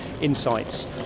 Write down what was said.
insights